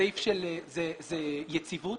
זאת יציבות.